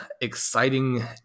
exciting